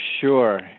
Sure